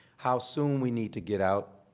how soon we need to get out,